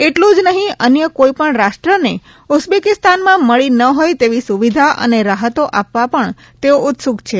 એટલું જ નહિ અન્ય કોઇ પણ રાષ્ટ્રને ઉઝબેકિસ્તાનમાં મળી ન હોય તેવી સુવિધા અને રાહતો આપવા પણ તેઓ ઉત્સુક છે